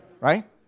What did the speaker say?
right